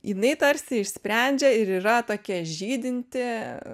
jinai tarsi išsprendžia ir yra tokia žydinti